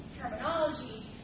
terminology